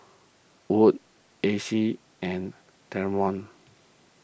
Wood Acey and Dameon